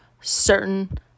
certain